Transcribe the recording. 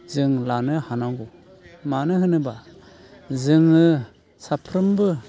जों लानो हानांगौ मानो होनोब्ला जोङो साफ्रोमबो